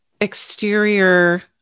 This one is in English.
Exterior